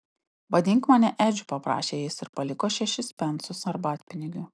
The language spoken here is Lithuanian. vadink mane edžiu paprašė jis ir paliko šešis pensus arbatpinigių